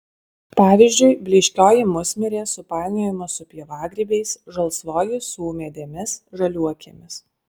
pavyzdžiui blyškioji musmirė supainiojama su pievagrybiais žalsvoji su ūmėdėmis žaliuokėmis